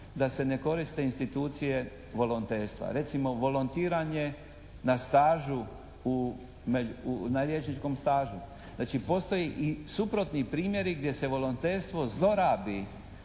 da se ne koriste institucije volonterstva. Recimo volontiranje na stažu, na liječničkom stažu. Znači postoje i suprotni primjeri gdje se volonterstvo zlorabi